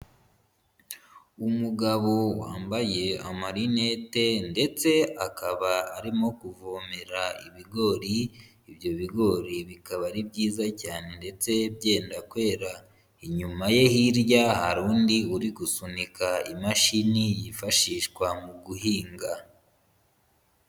Umugabo wambaye amarinete ndetse akaba arimo kuvomera ibigori, ibyo bigori bikaba ari byiza cyane ndetse byenda kwera. Inyuma ye hirya hari undi uri gusunika imashini yifashishwa mu guhinga.